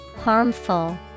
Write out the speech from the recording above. Harmful